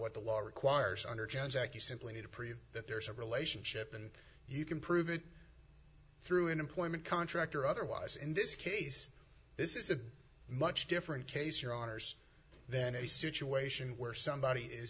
what the law requires under jones act you simply need to prove that there's a relationship and you can prove it through an employment contract or otherwise in this case this is a much different case your honour's then a situation where somebody is